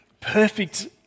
perfect